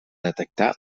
detectar